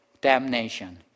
damnation